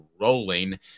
rolling